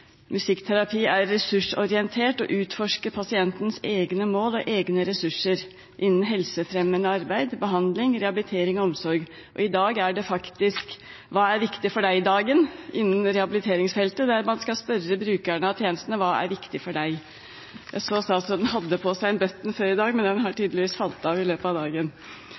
Musikkterapi er ressursorientert og utforsker pasientens egne mål og egne ressurser innen helsefremmende arbeid, behandling, rehabilitering og omsorg. I dag er det faktisk «Hva er viktig for deg-dagen» innen rehabiliteringsfeltet, der man skal spørre brukeren av tjenestene: Hva er viktig for deg? – Jeg så statsråden hadde på seg en button før i dag, men den har tydeligvis falt av i løpet av dagen.